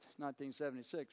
1976